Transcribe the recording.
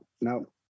No